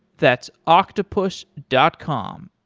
that's octopus dot com,